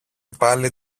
πάλι